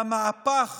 והמהפך